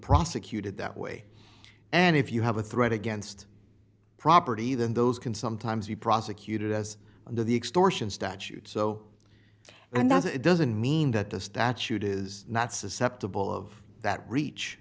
prosecuted that way and if you have a threat against property than those can sometimes be prosecuted as under the extortion statute so and that's it doesn't mean that the statute is not susceptible of that reach